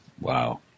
Wow